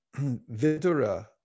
Vidura